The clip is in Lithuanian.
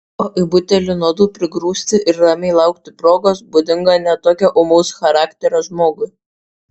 o į butelį nuodų prigrūsti ir ramiai laukti progos būdinga ne tokio ūmaus charakterio žmogui